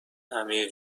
همیشه